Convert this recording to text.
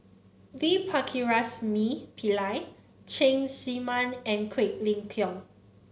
V Pakirisamy Pillai Cheng Tsang Man and Quek Ling Kiong